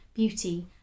beauty